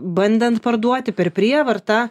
bandant parduoti per prievartą